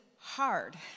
hard